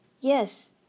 Yes